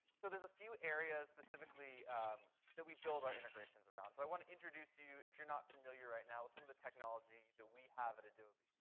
so there's a few areas specifically that we build our integrations around. i want to introduce you, if you're not familiar right now, with some of the technologies that we have with and adobe.